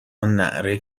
ﺷﯿﺮﺍﻥ